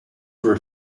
were